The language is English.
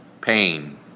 pain